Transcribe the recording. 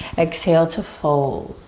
exhale to fold.